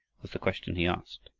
was the question he asked.